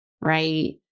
right